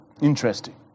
Interesting